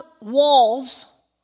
walls